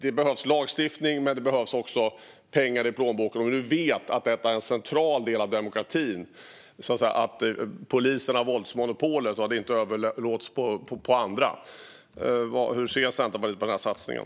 Det behövs lagstiftning, men det behövs också pengar i plånboken. Vi vet också att det är en central del av demokratin att polisen har våldsmonopolet och att detta inte överlåts på andra. Hur ser Centerpartiet på den här satsningen?